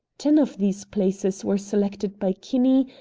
ten of these places were selected by kinney,